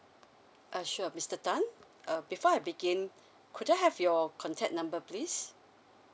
uh sure mister tan uh before I begin could I have your contact number please